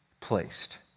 placed